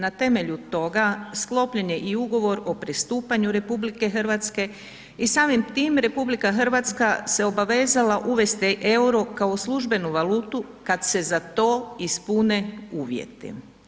Na temelju toga sklopljen je i ugovor o pristupanju RH i samim tim RH se obavezala uvesti EUR-o kao službenu valutu kad se za to ispune uvjeti.